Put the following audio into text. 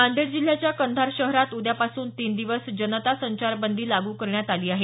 नांदेड जिल्ह्याच्या कंधार शहरात उद्यापासून तीन दिवस जनता संचारबंदी लागू करण्यात आली आहे